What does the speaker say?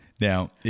Now